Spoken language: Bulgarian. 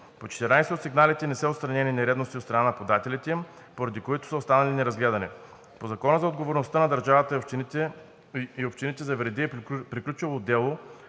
По 14 от сигналите не са отстранени нередности от страна на подателите им, поради което са останали неразгледани. По Закона за отговорността на държавата и общините за вреди е приключило дело,